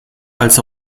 als